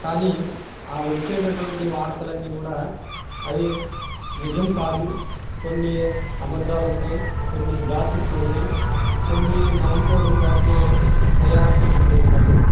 కానీ ఆ వచ్చేటటువంటి వార్తలన్నీ కూడా అవి నిజం కాదు కొన్ని అబద్ధాలు ఉంటాయి కొన్ని గాసిపులు ఉంటాయి కొన్ని నవ్వుకోటం కోసమే తయారు చేస్తూ ఉంటారు